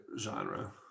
genre